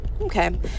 okay